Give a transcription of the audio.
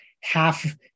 half